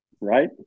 Right